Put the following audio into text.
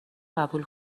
قبول